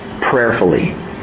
prayerfully